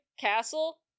castle